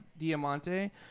diamante